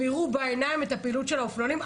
הם ייראו בעיניים את פעילות האופנוענים.